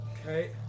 Okay